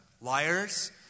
Liars